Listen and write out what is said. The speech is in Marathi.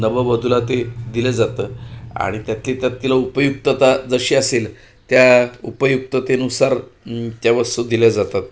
नववधूला ते दिलं जातं आणि त्यातल्या त्यात तिला उपयुक्तता जशी असेल त्या उपयुक्ततेनुसार त्या वस्तू दिल्या जातात